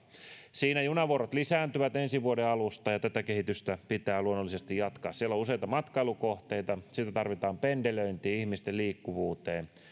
siinä junavuorot lisääntyvät ensi vuoden alusta ja tätä kehitystä pitää luonnollisesti jatkaa siellä on useita matkailukohteita sitä tarvitaan pendelöintiin ihmisten liikkuvuuteen